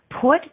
Put